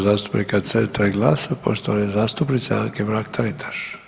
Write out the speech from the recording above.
zastupnika Centra i GLAS-a poštovane zastupnice Anke Mrak Taritaš.